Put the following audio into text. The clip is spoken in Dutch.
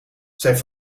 zijn